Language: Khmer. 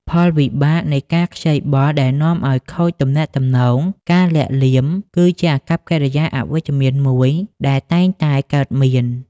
ផលវិបាកនៃការខ្ចីបុលដែលនាំឲ្យខូចទំនាក់ទំនង ការលាក់លៀម គឺជាអាកប្បកិរិយាអវិជ្ជមានមួយដែលតែងតែកើតមាន។